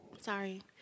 sorry